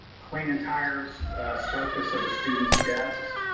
clean entire surface of the students' desks.